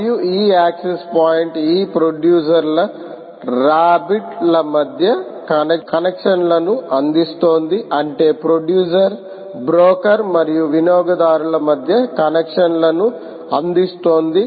మరియు ఈ access point ఈ ప్రొడ్యూసర్ ల రాబ్బిట్ ల మధ్య కనెక్షన్లను అందిస్తోంది అంటే ప్రొడ్యూసర్ బ్రోకర్ మరియు వినియోగదారులు మధ్య కనెక్షన్లను అందిస్తోంది